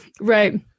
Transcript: Right